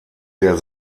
der